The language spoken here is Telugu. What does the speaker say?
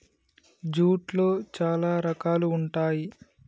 జూట్లో చాలా రకాలు ఉంటాయి